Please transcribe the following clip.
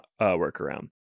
workaround